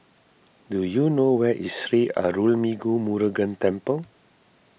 do you know where is Sri Arulmigu Murugan Temple